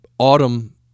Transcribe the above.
Autumn